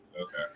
Okay